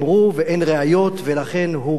ולכן הוא גנז את התיק הזה,